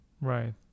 right